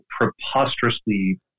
preposterously